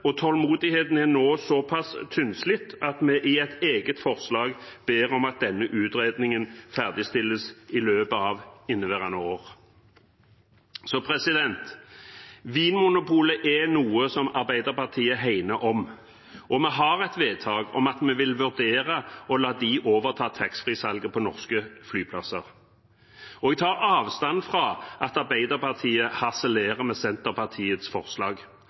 dette. Tålmodigheten er nå såpass tynnslitt at vi – sammen med Sosialistisk Venstreparti – i et eget forslag ber om at denne utredningen ferdigstilles i løpet av inneværende år. Vinmonopolet er noe som Arbeiderpartiet hegner om. Vi har et vedtak om at vi vil vurdere å la dem overta taxfree-salget på norske flyplasser. Jeg tar avstand fra at Arbeiderpartiet harselerer med Senterpartiets forslag.